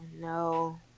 no